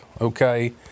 okay